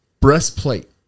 breastplate